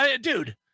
dude